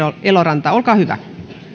eloranta olkaa hyvä